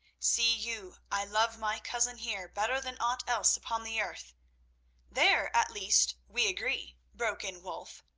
see you, i love my cousin here better than aught else upon the earth there, at least, we agree, broke in wulf.